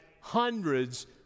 hundreds